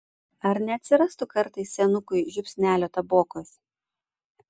ar neatsirastų kartais senukui žiupsnelio tabokos